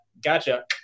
gotcha